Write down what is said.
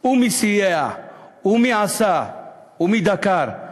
ומי שסייע ומי שעשה ומי שדקר,